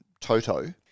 Toto